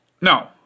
no